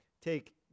take